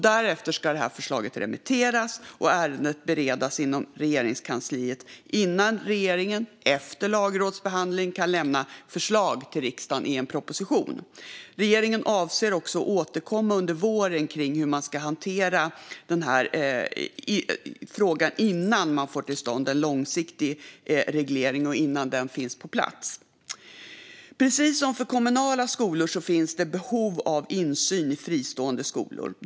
Därefter behöver förslagen remitteras och ärendet beredas inom Regeringskansliet innan regeringen, efter lagrådsbehandling, kan lämna förslag till riksdagen i en proposition. Regeringen avser att återkomma under våren kring hur frågan ska hanteras innan en ny långsiktig reglering finns på plats. Precis som för kommunala skolor finns det behov av insyn i fristående skolor.